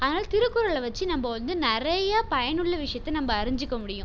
அதனால் திருக்குறளை வச்சு நம்ம வந்து நிறைய பயனுள்ள விஷயத்தை நம்ம அறிஞ்சுக்க முடியும்